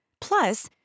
Plus